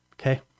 Okay